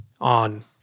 on